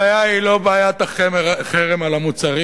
הבעיה היא לא בעיית החרם על המוצרים,